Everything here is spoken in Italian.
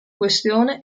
questione